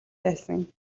байсан